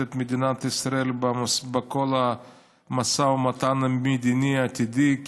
את מדינת ישראל בכל המשא ומתן המדיני העתידי,